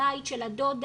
הבית של הדודה.